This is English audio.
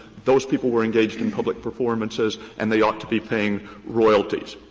those people were engaged in public performances and they ought to be paying royalties.